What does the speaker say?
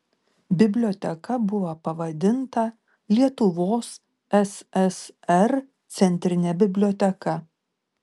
biblioteka buvo pavadinta lietuvos ssr centrine biblioteka